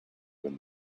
when